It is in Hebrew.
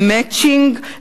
ל"מצ'ינג",